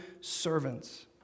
servants